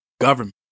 government